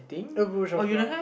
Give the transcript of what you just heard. a bush of flower